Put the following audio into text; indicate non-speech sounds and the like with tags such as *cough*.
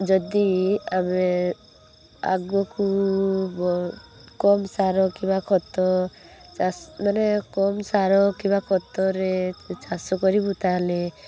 ଯଦି ଆମେ ଆଗକୁ *unintelligible* କମ୍ ସାର କିମ୍ବା ଖତ *unintelligible* ମାନେ କମ୍ ସାର କିମ୍ବା ଖତରେ ଚାଷ କରିବୁ ତା'ହେଲେ